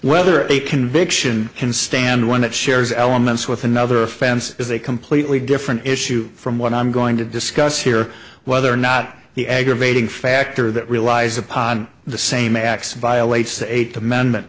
whether a conviction can stand one that shares elements with another offense is a completely different issue from what i'm going to discuss here whether or not the aggravating factor that relies upon the same acts violates the eighth amendment